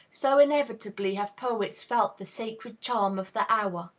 so inevitably have poets felt the sacred charm of the hour.